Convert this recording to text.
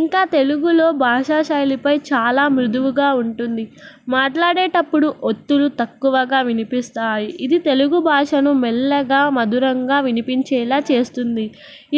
ఇంకా తెలుగులో భాషా శైలిపై చాలా మృదువుగా ఉంటుంది మాట్లాడేటప్పుడు ఒత్తులు తక్కువగా వినిపిస్తాయి ఇది తెలుగు భాషను మెల్లగా మధురంగా వినిపించేలా చేస్తుంది